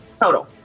Total